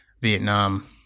Vietnam